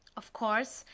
of course,